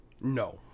No